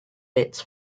bits